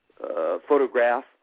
photograph